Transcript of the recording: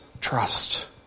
trust